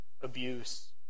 abuse